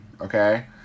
okay